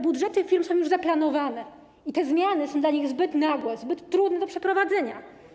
Budżety firm są już zaplanowane i te zmiany są dla nich zbyt nagłe, zbyt trudne do przeprowadzenia.